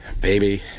Baby